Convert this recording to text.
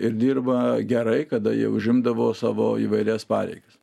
ir dirba gerai kada jie užimdavo savo įvairias pareigas